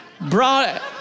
brought